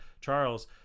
Charles